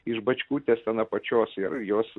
iš bačkutės ten apačios ir juos